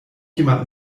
jemand